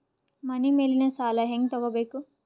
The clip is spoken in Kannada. ಮನಿ ಮೇಲಿನ ಸಾಲ ಹ್ಯಾಂಗ್ ತಗೋಬೇಕು?